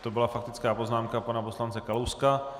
To byla faktická poznámka pana poslance Kalouska.